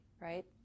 right